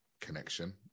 connection